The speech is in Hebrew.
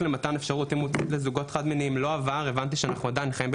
חוק שמבטל את האפשרות לניתוח להתאמה